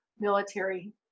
military